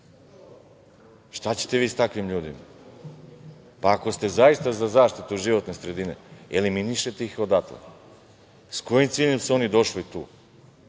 Šta ćete vi sa takvim ljudima? Pa ako, ste zaista za zaštitu životne sredine, eliminišite ih odatle. Sa kojim ciljem su oni došli tu?